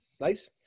Nice